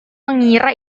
mengira